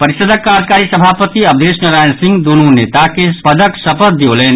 परिषदक कार्यकारी सभापति अवधेश नारायण सिंह दूनू नेता के पदक शपथ दिऔलनि